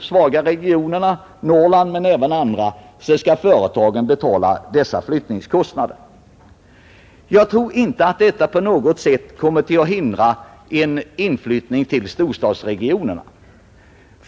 svaga regioner i Norrland men även på andra håll skall betala flyttningskostnaderna. Jag tror inte att detta på något sätt skulle hindra inflyttningen till storstadsregionerna.